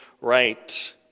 right